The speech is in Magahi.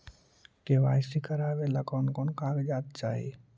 के.वाई.सी करावे ले कोन कोन कागजात चाही?